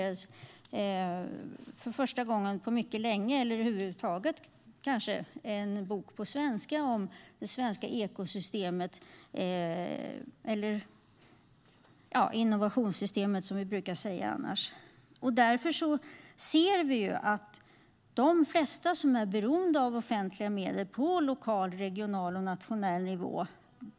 För första gången på mycket länge eller kanske över huvud taget presenterades en bok på svenska om det svenska innovationssystemet, som vi brukar kalla det. Vi ser att vi behöver en översyn av processkedjan för de flesta som är beroende av offentliga medel på lokal, regional och nationell nivå.